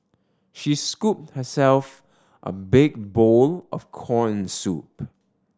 she scooped herself a big bowl of corn soup